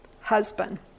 husband